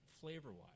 flavor-wise